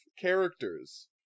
characters